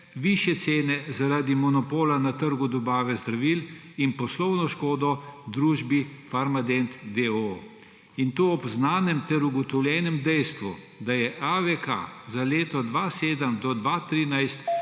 višje cene zaradi monopola na trgu dobave zdravil in poslovno škodo družbi Farmadent, d. o. o. In to ob znanem ter ugotovljenem dejstvu, da je AVK za leta 2007–2013